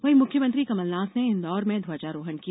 वहीं मुख्यमंत्री कमलनाथ ने इंदौर में ध्वजारोहण किया